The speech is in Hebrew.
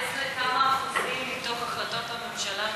כמה אחוזים מהחלטות הממשלה מתקיימים?